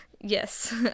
Yes